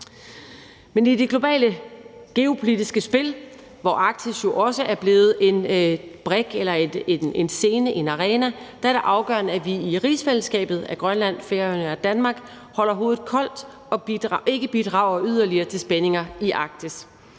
Men i det globale geopolitiske spil, hvor Arktis jo også er blevet en brik, en scene, en arena, er det afgørende, at vi i rigsfællesskabet Grønland, Færøerne og Danmark holder hovedet koldt og ikke bidrager yderligere til spændinger i Arktis.